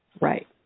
Right